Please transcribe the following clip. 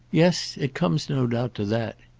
yes, it comes, no doubt, to that.